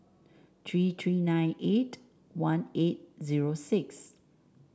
three three nine eight one eight zero six